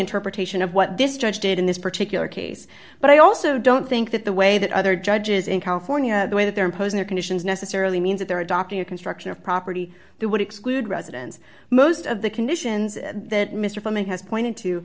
interpretation of what this judge did in this particular case but i also don't think that the way that other judges in california the way that they're imposing their conditions necessarily means that they're adopting a construction of property that would exclude residents most of the conditions that mr frum has pointed to